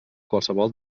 qualsevol